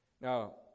Now